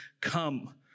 come